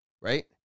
right